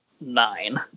nine